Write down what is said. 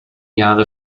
jahre